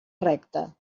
recta